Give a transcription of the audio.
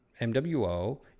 MWO